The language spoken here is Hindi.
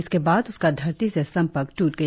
इसके बाद उसका धरती से संपर्क टूट गया